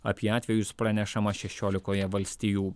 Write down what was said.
apie atvejus pranešama šešiolikoje valstijų